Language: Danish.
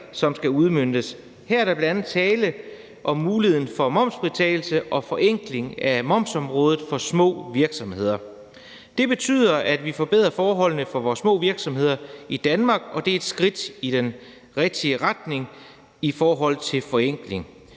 som skal udmøntes. Her er der bl.a. tale om muligheden for momsfritagelse og forenkling af momsområdet for små virksomheder. Det betyder, at vi forbedrer forholdene for vores små virksomheder i Danmark, og det er et skridt i den rigtige retning i forhold til forenkling.